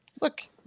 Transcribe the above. look